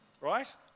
right